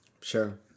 Sure